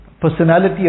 personality